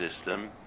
system